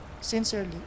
sincerely